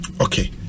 Okay